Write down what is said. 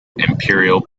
imperial